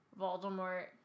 Voldemort